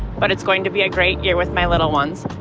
but it's going to be a great year with my little ones.